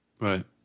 right